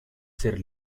ser